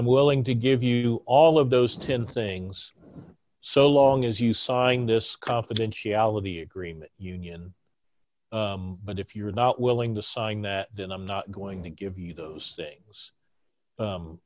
i'm willing to give you all of those ten things so long as you sign this confidentiality agreement union but if you're not willing to sign that then i'm not going to give you those things